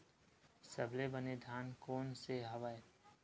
सबले बने धान कोन से हवय?